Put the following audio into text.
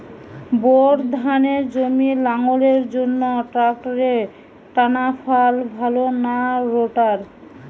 Bore ধানের জমি লাঙ্গলের জন্য ট্রাকটারের টানাফাল ভালো না রোটার?